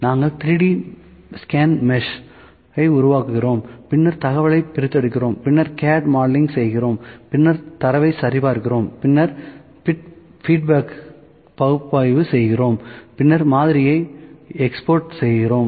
நாங்கள் 3D scan mesh ஐ உருவாக்குகிறோம் பின்னர் தகவலைப் பிரித்தெடுக்கிறோம் பின்னர் CAD மாடலிங் செய்கிறோம் பின்னர் தரவைச் சரிபார்க்கிறோம் பின்னர் ஃபீட்பேக்களை பகுப்பாய்வு செய்கிறோம் பின்னர் மாதிரியை எக்ஸ்போர்ட் செய்கிறோம்